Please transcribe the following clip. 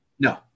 No